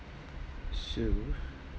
so